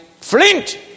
flint